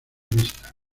vista